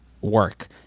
work